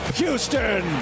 Houston